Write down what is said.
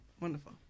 Wonderful